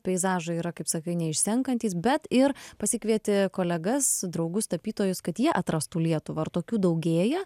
peizažai yra kaip sakai neišsenkantys bet ir pasikvieti kolegas draugus tapytojus kad jie atrastų lietuvą ar tokių daugėja